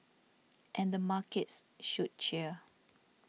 and the markets should cheer